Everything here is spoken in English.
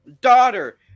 Daughter